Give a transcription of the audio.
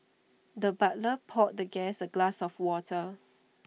the butler poured the guest A glass of water